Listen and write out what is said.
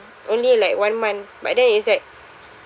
only like one month but then it's like